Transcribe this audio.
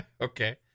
Okay